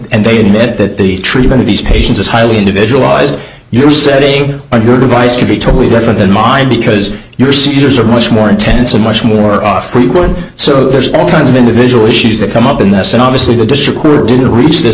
they admit that the treatment of these patients is highly individualized your setting or your device could be totally different than mine because your centers are much more intensive much more often so there's all kinds of individual issues that come up in this and obviously the district didn't reach this